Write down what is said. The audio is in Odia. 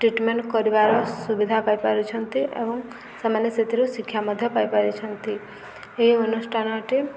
ଟ୍ରିଟମେଣ୍ଟ କରିବାର ସୁବିଧା ପାଇପାରୁଛନ୍ତି ଏବଂ ସେମାନେ ସେଥିରୁ ଶିକ୍ଷା ମଧ୍ୟ ପାଇପାରୁଛନ୍ତି ଏହି ଅନୁଷ୍ଠାନଟି